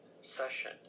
session